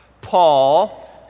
Paul